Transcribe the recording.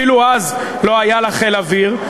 אפילו לה לא היה אז חיל אוויר,